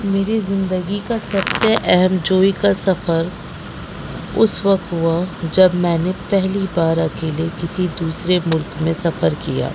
میری زندگی کا سب سے اہم جو ایک سفر اس وقت ہوا جب میں نے پہلی بار اکیلے کسی دوسرے ملک میں سفر کیا